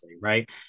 right